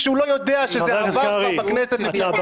כשהוא לא יודע שזה עבר כבר בכנסת לפני חודשיים.